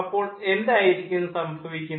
അപ്പോൾ എന്തായിരിക്കും സംഭവിക്കുന്നത്